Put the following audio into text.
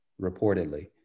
reportedly